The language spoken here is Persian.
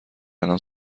الان